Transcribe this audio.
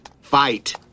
Fight